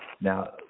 Now